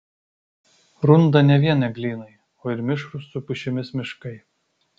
runda ne vien eglynai o ir mišrūs su pušimis miškai